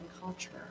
culture